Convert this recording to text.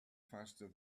faster